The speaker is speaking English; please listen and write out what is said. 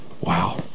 Wow